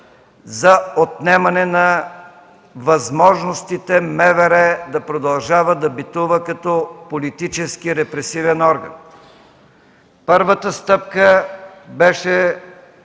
за отнемане на възможностите МВР да продължава да битува като политически репресивен орган. Първата стъпка беше